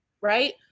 right